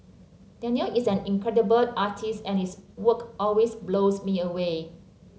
Danial is an incredible artist and his work always blows me away